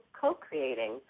co-creating